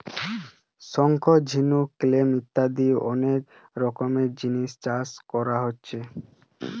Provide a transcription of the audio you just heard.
শঙ্খ, ঝিনুক, ক্ল্যাম ইত্যাদি অনেক রকমের জিনিস চাষ কোরা হচ্ছে